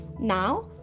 now